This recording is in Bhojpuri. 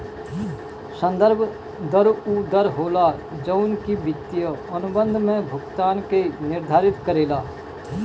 संदर्भ दर उ दर होला जवन की वित्तीय अनुबंध में भुगतान के निर्धारित करेला